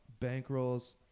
bankrolls